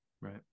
Right